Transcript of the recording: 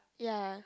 ya